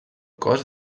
cos